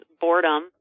boredom